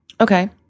Okay